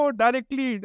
directly